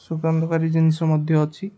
ସୁଗନ୍ଧକାରୀ ଜିନିଷ ମଧ୍ୟ ଅଛି